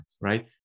right